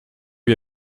lui